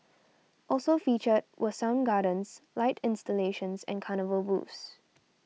also featured were sound gardens light installations and carnival booths